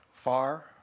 Far